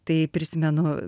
tai prisimenu